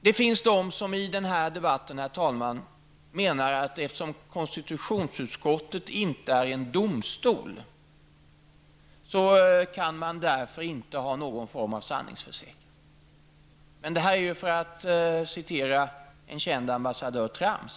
Det finns de som i denna debatt menar, att eftersom konstitutionsutskottet inte är en domstol, kan man därför inte ha någon form av sanningsförsäkran. Men detta är, för att citera en känd ambassadör, trams.